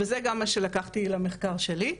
וזה גם מה שלקחתי למחקר שלי.